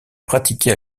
pratiqués